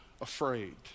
afraid